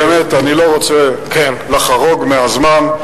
באמת, אני לא רוצה לחרוג מהזמן.